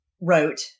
wrote